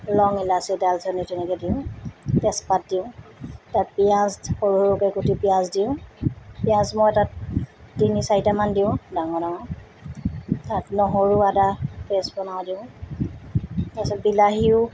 লং ইলাচি দালচেনি তেনেকৈ দিওঁ তেজপাত দিওঁ তাত পিয়াঁজ সৰু সৰুকৈ কুটি পিয়াঁজ দিওঁ পিয়াঁজ মই তাত তিনি চাৰিটামান দিওঁ ডাঙৰ ডাঙৰ তাত নহৰু আদা পেষ্ট বনাওঁ দিওঁ তাৰপিছত বিলাহীও